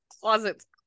closets